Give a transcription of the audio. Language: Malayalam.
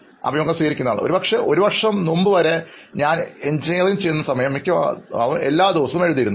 അഭിമുഖം സ്വീകരിക്കുന്നയാൾ ഒരുപക്ഷേ ഒരു വർഷം മുമ്പ് വരെ ഞാൻ എൻജിനീയറിങ് ചെയ്യുന്ന സമയം മിക്കവാറും എല്ലാ ദിവസവും എഴുതിയിരുന്നു